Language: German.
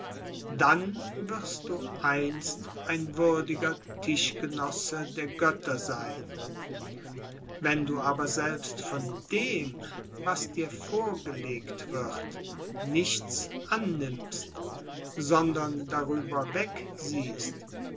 dann wirst du einst ein würdiger tischgenosse der götter sein wenn du aber selbst von dem was dir vorgelegt wird nichts annimmst sondern darüber wegsiehst